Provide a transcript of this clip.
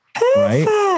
Right